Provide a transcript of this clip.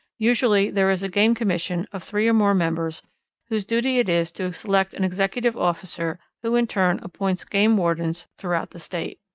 usually there is a game commission of three or more members whose duty it is to select an executive officer who in turn appoints game wardens throughout the state.